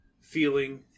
feeling